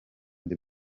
the